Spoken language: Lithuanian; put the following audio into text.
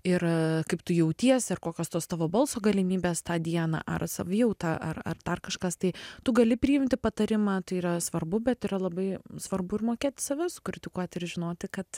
ir kaip tu jautiesi ar kokios tos tavo balso galimybės tą dieną ar savijauta ar ar dar kažkas tai tu gali priimti patarimą tai yra svarbu bet yra labai svarbu ir mokėt save sukritikuoti ir žinoti kad